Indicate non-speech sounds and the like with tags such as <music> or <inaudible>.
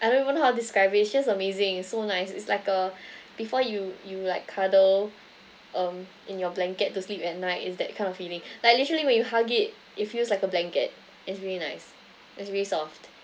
I don't even how to describe it it's just amazing so nice it's like a <breath> before you you like cuddle um in your blanket to sleep at night is that kind of feeling <breath> like literally when you hug it it feels like a blanket it's really nice it's really soft